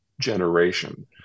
generation